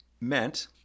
meant